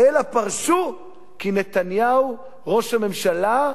אלא פרשו כי נתניהו, ראש הממשלה,